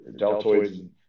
deltoids